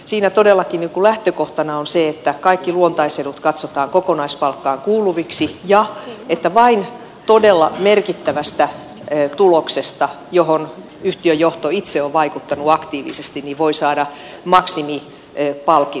siinä todellakin lähtökohtana on se että kaikki luontaisedut katsotaan kokonaispalkkaan kuuluviksi ja että vain todella merkittävästä tuloksesta johon yhtiön johto itse on vaikuttanut aktiivisesti voi saada maksimipalkitsemisen